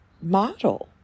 Model